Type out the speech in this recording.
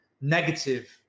negative